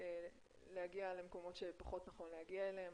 להגיע למקומות שפחות נכון להגיע אליהם.